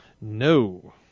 no